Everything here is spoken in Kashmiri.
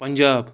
پَنجاب